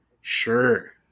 sure